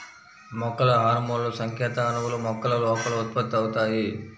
మొక్కల హార్మోన్లుసంకేత అణువులు, మొక్కల లోపల ఉత్పత్తి అవుతాయి